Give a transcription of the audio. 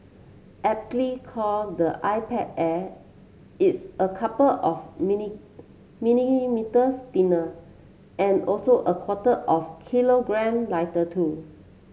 Aptly called the iPad Air it's a couple of mini millimetres thinner and also a quarter of kilogram lighter too